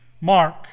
mark